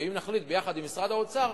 ואם נחליט ביחד עם משרד האוצר,